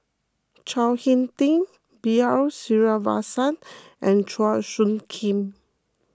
Chao Hick Tin B R Sreenivasan and Chua Soo Khim